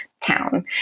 town